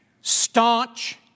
staunch